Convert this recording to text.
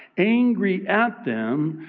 angry at them,